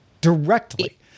directly